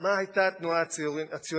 מה היתה התנועה הציונית,